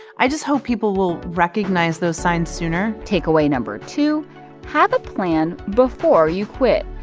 i just hope people will recognize those signs sooner takeaway number two have a plan before you quit.